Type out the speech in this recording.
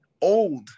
old